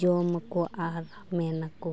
ᱡᱚᱢ ᱟᱠᱚ ᱟᱨ ᱢᱮᱱ ᱟᱠᱚ